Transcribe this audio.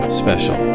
special